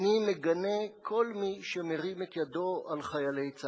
אני מגנה כל מי שמרים את ידו על חיילי צה"ל,